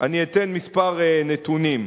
אתן נתונים מספר.